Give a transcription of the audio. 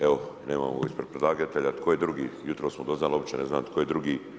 Evo nemamo ga ispred predlagatelja, tko je drugi jutros smo doznali, uopće ne znam tko je drugi.